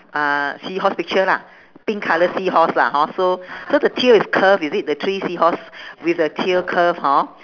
uh seahorse picture lah pink colour seahorse lah hor so so the tail is curve is it the three seahorse with the tail curve hor